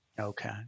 Okay